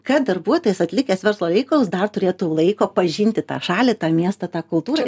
kad darbuotojas atlikęs verslo reikalus dar turėtų laiko pažinti tą šalį tą miestą tą kultūrą